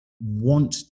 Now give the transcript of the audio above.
want